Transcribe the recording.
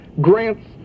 Grant's